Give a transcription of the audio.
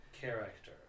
character